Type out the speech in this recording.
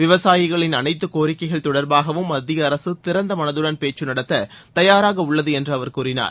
விவசாயிகளின் அனைத்து கோரிக்கைகள் தொடர்பாகவும் மத்திய அரசு திறந்த மனதுடன் பேச்சு நடத்த தயாராக உள்ளது என்று அவர் கூறினார்